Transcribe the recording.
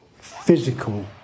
physical